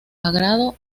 agrado